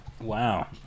Wow